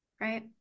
right